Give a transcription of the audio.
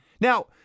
Now